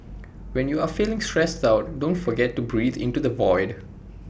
when you are feeling stressed out don't forget to breathe into the void